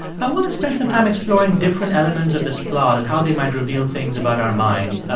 i want to spend some time exploring different elements of this plot and how they might reveal things about our minds.